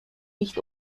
nicht